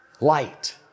light